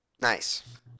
Nice